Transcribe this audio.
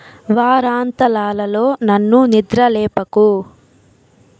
వారాంతాలలో నన్ను నిద్ర లేపకు